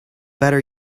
better